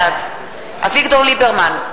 בעד אביגדור ליברמן,